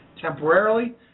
temporarily